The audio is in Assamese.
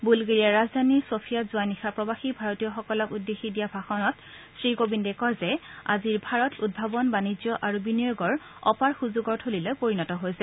বুলগেৰিয়াৰ ৰাজধানী ছ'ফিয়াত যোৱা নিশা প্ৰবাসী ভাৰতীয় সকলক উদ্দেশ্যি ভাষণ দি শ্ৰীকোবিন্দে কয় যে আজিৰ ভাৰত উদ্ভাৱণ বাণিজ্য আৰু বিনিয়োগৰ অপাৰ সুযোগৰ থলীলৈ পৰিণত হৈছে